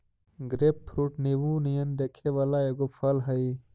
grapefruit नींबू नियन दिखे वला एगो फल हई